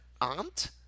aunt